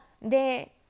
de